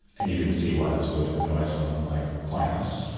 and you can see why this would annoy someone like aquinas,